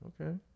okay